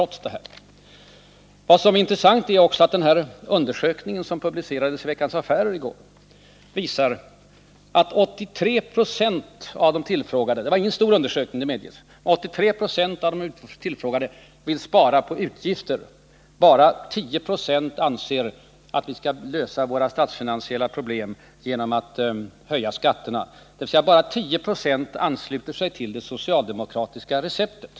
Vad som är intressant är också att den undersökning som publicerades i Veckans Affärer i går visar att 83 20 av de tillfrågade — det var ingen stor undersökning; det medges — vill spara på utgifter. Bara 10 96 anser att vi skall lösa våra statsfinansiella problem genom att höja skatterna. Det innebär med andra ord att bara 10 26 ansluter sig till det socialdemokratiska receptet.